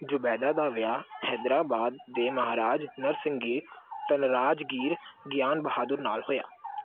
ਜ਼ੁਬੈਦਾ ਦਾ ਵਿਆਹ ਹੈਦਰਾਬਾਦ ਦੇ ਮਹਾਰਾਜ ਨਰਸਿੰਘੀਰ ਧਨਰਾਜਗੀਰ ਗਿਆਨ ਬਹਾਦੁਰ ਨਾਲ ਹੋਇਆ